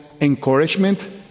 encouragement